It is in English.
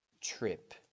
trip